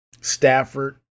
Stafford